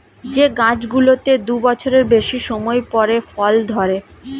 যে গাছগুলোতে দু বছরের বেশি সময় পরে ফল ধরে